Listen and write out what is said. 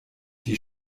die